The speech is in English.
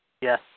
Yes